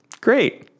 Great